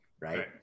Right